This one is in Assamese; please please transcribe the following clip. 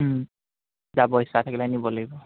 পইচা থাকিলে নিব লাগিব